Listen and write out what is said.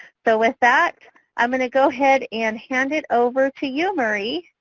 so with that i'm going to go ahead and hand it over to you marie.